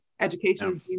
education